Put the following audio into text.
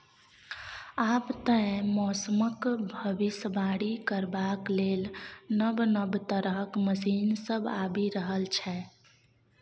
आब तए मौसमक भबिसबाणी करबाक लेल नब नब तरहक मशीन सब आबि रहल छै